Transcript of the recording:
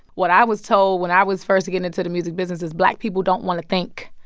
what i was told when i was first getting into the music business is black people don't want to think.